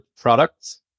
products